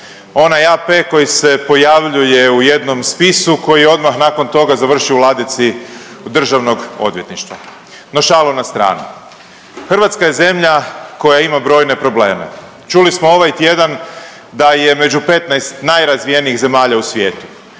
onaj AP koji se pojavljuje u jednom spisu koji je odmah nakon toga završio u ladici državnog odvjetništva, no šalu na stranu. Hrvatska je zemlja koja ima brojne probleme, čuli smo ovaj tjedan da je među 15 najrazvijenijih zemalja u svijetu,